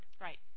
Right